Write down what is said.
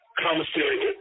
commissary